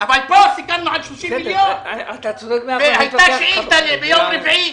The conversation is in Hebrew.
על 30 מיליון, והייתה שאילתה ביום רביעי.